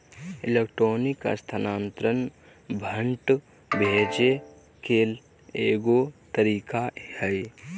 electronic स्थानान्तरण fund भेजे के एगो तरीका हइ